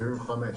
מי נגד?